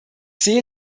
sehe